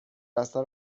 اثر